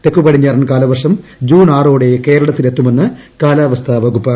തെക്ക് പടിഞ്ഞാറൻ കാലവർഷം ജൂൺ ആറോടെ കേരളത്തിലെത്തുമെന്ന് കാലാവസ്ഥാ വകുപ്പ്